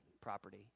property